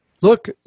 look